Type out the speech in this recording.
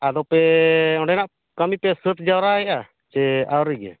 ᱟᱫᱚ ᱯᱮ ᱚᱸᱰᱮᱱᱟᱜ ᱠᱟᱹᱢᱤᱯᱮ ᱥᱟᱹᱛ ᱡᱟᱨᱣᱟᱭᱮᱫᱟ ᱥᱮ ᱟᱹᱣᱨᱤ ᱜᱮ